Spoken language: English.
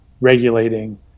regulating